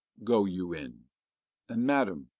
go you in and, madam,